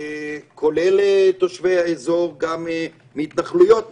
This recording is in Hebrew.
כולל תושבי האזור גם מהתנחלויות שמסביב.